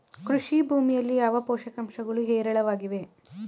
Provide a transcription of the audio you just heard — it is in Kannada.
ಕೃಷಿ ಭೂಮಿಯಲ್ಲಿ ಯಾವ ಪೋಷಕಾಂಶಗಳು ಹೇರಳವಾಗಿವೆ?